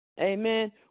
Amen